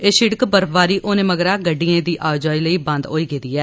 एह् शिड़क बर्फबारी होने मगरा गड्डिए दी आओजाई लेई बंद होई गेदी ऐ